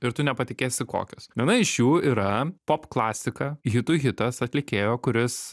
ir tu nepatikėsi kokios viena iš jų yra pop klasika hitų hitas atlikėjo kuris